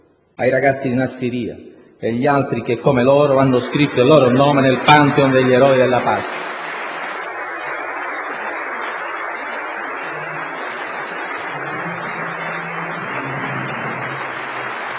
ai ragazzi di Nasiriya e agli altri che, come loro, hanno scritto il loro nome nel Pantheon degli eroi della pace.